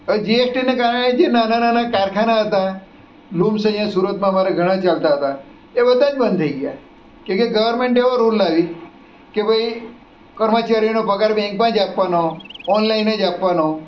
હવે જીએસટીને કારણે જે નાના નાના કારખાના હતા લૂમ્સ અહીંયાં સુરતમાં અમારે ઘણા ચાલતા હતા એ બધા જ બંધ થઈ ગ્યા કહે કે ગવર્મેન્ટ એવો રૂલ લાવી કે ભાઈ કર્મચારીઓનો પગાર બેન્કમાં જ આપવાનો ઓનલાઈન જ આપવાનો